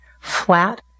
flat